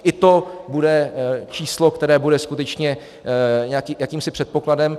I to bude číslo, které bude skutečně jakýmsi předpokladem.